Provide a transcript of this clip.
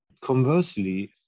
Conversely